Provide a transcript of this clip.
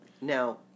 Now